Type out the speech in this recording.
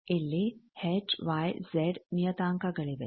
ಇಲ್ಲಿ H Y Z ನಿಯತಾಂಕಗಳಿವೆ